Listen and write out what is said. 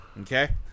Okay